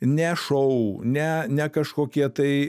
ne šou ne ne kažkokie tai